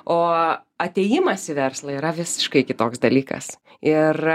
o atėjimas į verslą yra visiškai kitoks dalykas ir